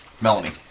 Melanie